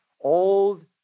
old